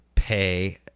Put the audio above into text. Pay